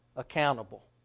Accountable